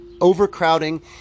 overcrowding